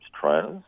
trainers